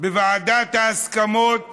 בוועדת ההסכמות